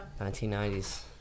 1990s